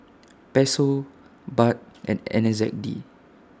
Peso Baht and N Z D